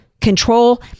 control